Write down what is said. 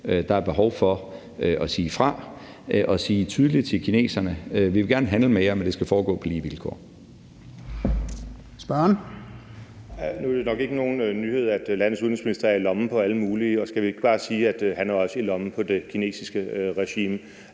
Der er behov for at sige fra og sige tydeligt til kineserne: Vi vil gerne handle med jer, men det skal foregå på lige vilkår.